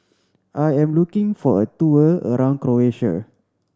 I am looking for a tour around Croatia